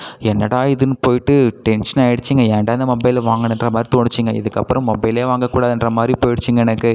என்னடா இதுன்னு போயிட்டு டென்ஷன் ஆகிடுச்சுங்க ஏன்டா இந்த மொபைலை வாங்குனன்ற மாதிரி தோணுச்சுங்க இதுக்கப்புறம் மொபைல்லே வாங்க கூடாதுன்ற மாதிரி போயிடுச்சுங்க எனக்கு